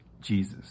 Jesus